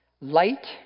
Light